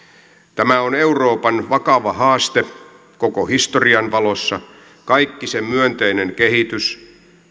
tämä on euroopan vakava haaste koko historian valossa kaikki se myönteinen kehitys